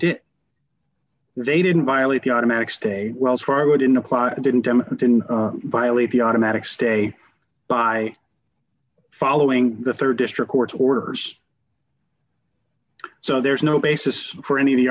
did they didn't violate the automatic stay wells fargo didn't apply and didn't violate the automatic stay by following the rd district court's orders so there's no basis for any of the